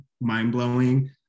mind-blowing